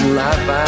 life